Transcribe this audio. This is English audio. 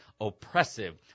oppressive